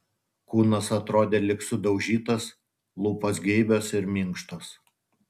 kūnas atrodė lyg sudaužytas lūpos geibios ir minkštos